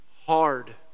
Hard